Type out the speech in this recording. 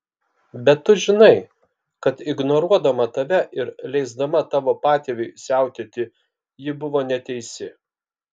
bet tu žinai kad ignoruodama tave ir leisdama tavo patėviui siautėti ji buvo neteisi